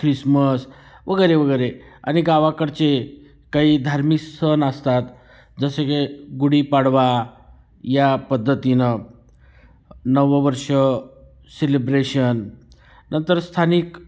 Christmas वगैरे वगैरे आणि गावाकडचे काही धार्मिक सण असतात जसे की गुढीपाडवा या पद्धतीनं नववर्ष सेलिब्रेशन नंतर स्थानिक